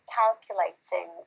calculating